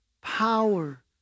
power